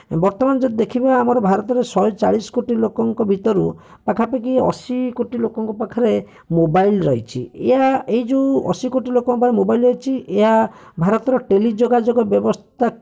ବର୍ତ୍ତମାନ ଯଦି ଦେଖିବା ଆମର ଭାରତରେ ଶହେ ଚାଳିଶ କୋଟି ଲୋକଙ୍କ ଭିତରୁ ପାଖପାଖି ଅଶି କୋଟି ଲୋକଙ୍କ ପାଖରେ ମୋବାଇଲ୍ ରହିଛି ଏହା ଏଇ ଯେଉଁ ଅଶି କୋଟି ଲୋକଙ୍କ ପାଖରେ ମୋବାଇଲ୍ ଅଛି ଏହା ଭାରତର ଟେଲି ଯୋଗାଯୋଗ ବ୍ୟବସ୍ଥା